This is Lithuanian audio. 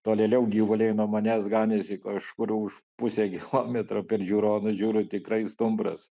tolėliau gyvuliai nuo manęs ganėsi kažkur už pusę kilometro ir žiūronu žiūriu tikrai stumbras